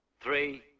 three